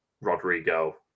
Rodrigo